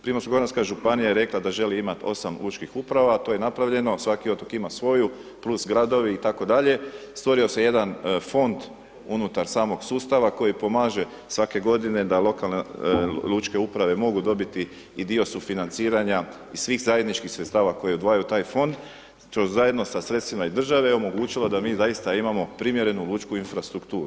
Primorsko-goranska županija je rekla da želi imat 8 lučkih uprava, to je napravljeno, svaki otok ima svoju + gradovi itd., stvorio se jedan fond unutar samog sustava koji pomaže svake godine da lokalne lučke uprave mogu dobiti i dio sufinanciranja i svih zajedničkih sredstava koje odvajaju u taj fond što je zajedno sa sredstvima i države omogućilo da mi zaista imamo primjerenu lučku infrastrukturu.